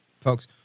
folks